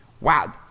wow